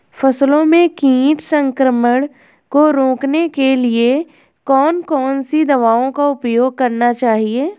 फसलों में कीट संक्रमण को रोकने के लिए कौन कौन सी दवाओं का उपयोग करना चाहिए?